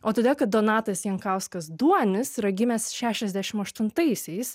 o todėl kad donatas jankauskas duonis yra gimęs šešiasdešimt aštuntaisiais